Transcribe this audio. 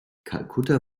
kalkutta